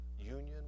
union